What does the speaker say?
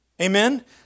Amen